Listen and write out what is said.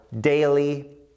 daily